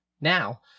Now